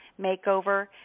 Makeover